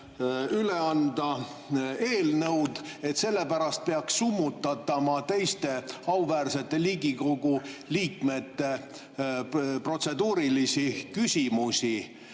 üle anda eelnõu, peaks summutatama teiste auväärsete Riigikogu liikmete protseduurilisi küsimusi.